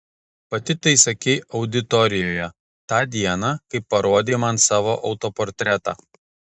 pati tai sakei auditorijoje tą dieną kai parodei man savo autoportretą